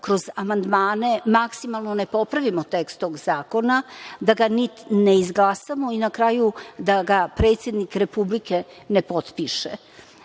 kroz amandmane maksimalno ne popravimo tekst tog zakona, da ga ne izglasamo i na kraju da ga predsednik Republike ne potpiše. Sve